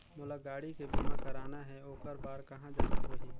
मोला गाड़ी के बीमा कराना हे ओकर बार कहा जाना होही?